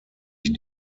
ich